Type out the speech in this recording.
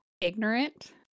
ignorant